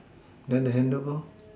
then the handle bar